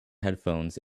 headphones